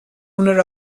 owner